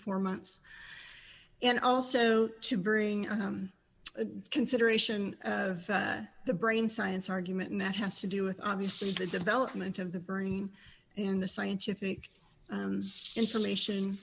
four months and also to bring a consideration of the brain science argument and that has to do with obviously the development of the burning and the scientific information